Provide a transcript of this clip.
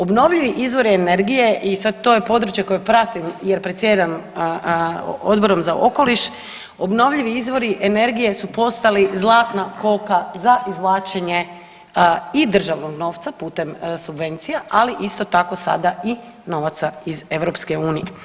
Obnovljivi izvori energije i sad to je područje koje pratim jer predsjedam Odborom za okoliš, obnovljivi izvori energije su postali zlatna koka za izvlačenje i državnog novca putem subvencija, ali isto tako sada i novaca iz EU.